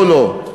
או לא?